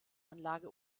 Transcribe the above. anlage